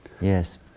Yes